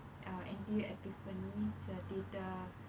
uh N_T_U epiphany it's a theatre